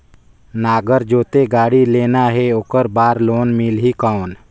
नागर जोते गाड़ी लेना हे ओकर बार लोन मिलही कौन?